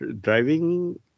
driving